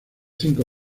cinco